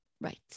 Right